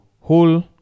hole